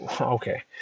Okay